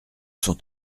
sont